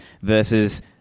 versus